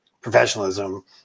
professionalism